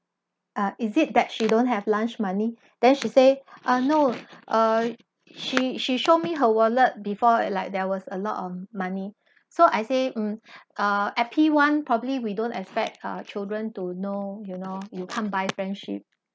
uh is it that she don't have lunch money then she say ah no uh she she show me her wallet before it like there was a lot of money so I say mm ah at P one probably we don't expect our children to know you know you can't buy friendship